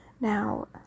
Now